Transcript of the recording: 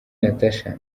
natacha